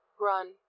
Run